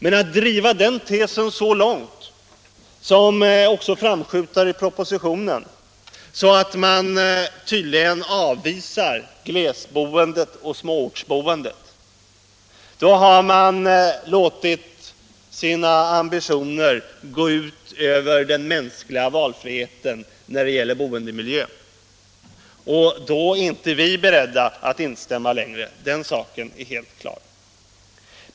Men om man driver den tesen så långt att man avvisar glesbygdsboendet och småortsboendet — och det framskymtar i propositionen — har man låtit sina ambitioner gå ut över den mänskliga valfriheten när det gäller boendemiljö. Då är inte vi beredda att instämma längre — den saken är helt klar.